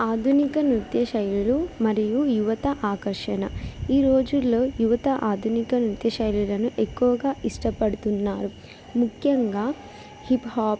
ఆధునిక నృత్య శైలులు మరియు యువత ఆకర్షణ ఈ రోజుల్లో యువత ఆధునిక నృత్య శైలులను ఎక్కువగా ఇష్టపడుతున్నారు ముఖ్యంగా హిప్ హాప్